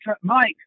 Mike